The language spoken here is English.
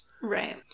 Right